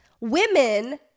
women